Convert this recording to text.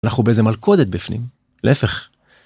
אנחנו באיזה מלכודת בפנים, להפך.